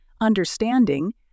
understanding